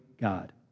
God